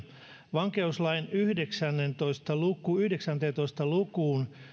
vankeuslain yhdeksääntoista lukuun yhdeksääntoista lukuun